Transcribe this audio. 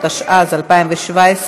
התשע"ז 2017,